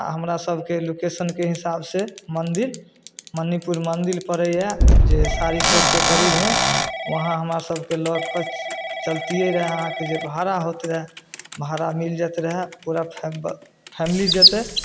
हमरासभके लोकेशनके हिसाबसँ मन्दिर मनिपुर मन्दिर पड़ैए जे सारी चौकके करीब हइ वहाँ हमरासभके लऽ कऽ चलतिए रहै अहाँके जे भाड़ा होइत रहै भाड़ा मिलि जाइत रहै पूरा फैम फैमिली जेतै